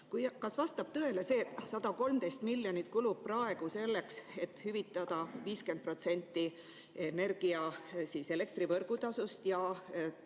Kas vastab tõele, et 113 miljonit kulub praegu selleks, et hüvitada 50% elektrivõrgutasust ja